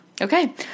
Okay